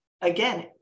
again